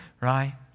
right